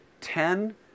ten